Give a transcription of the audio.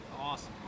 awesome